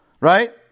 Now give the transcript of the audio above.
right